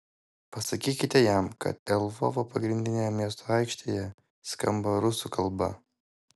pasakykite jam kad lvovo pagrindinėje miesto aikštėje skamba rusų kalba